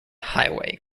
highway